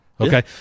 Okay